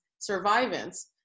survivance